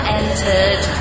entered